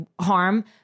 harm